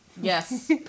Yes